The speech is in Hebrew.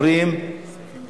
לסעיף